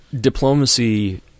diplomacy